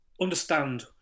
understand